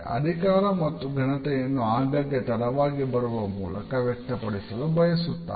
ಅಧಿಕಾರ ಮತ್ತು ಘನತೆಯನ್ನು ಆಗಾಗ್ಗೆ ತಡವಾಗಿ ಬರುವ ಮೂಲಕ ವ್ಯಕ್ತಪಡಿಸಲು ಬಯಸುತ್ತಾರೆ